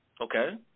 Okay